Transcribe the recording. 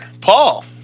Paul